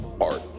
art